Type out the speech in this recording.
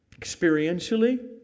Experientially